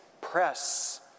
press